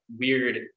weird